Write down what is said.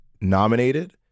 nominated